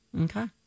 Okay